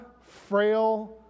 frail